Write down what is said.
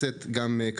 חבר הכנסת אוהד